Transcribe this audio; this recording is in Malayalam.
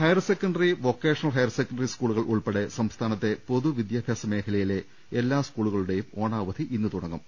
higher secondary vocational higher secondary സ്കൂളുകൾ ഉൾപ്പെടെ സംസ്ഥാനത്തെ പൊതു വിദ്യാഭ്യാസ മേഖലയിലെ എല്ലാ സ്കൂളുകളുടെയും ഓണാവധി ഇന്ന് തുട ങ്ങും